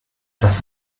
das